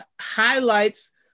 highlights